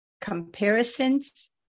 comparisons